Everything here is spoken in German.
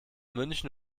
münchen